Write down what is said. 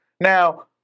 Now